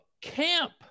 camp